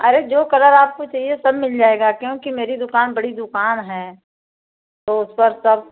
अरे जो कलर आपको चाहिए सब मिल जाएगा क्योंकि मेरी दुकान बड़ी दुकान हैं तो उस पर सब